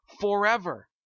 forever